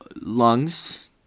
lungs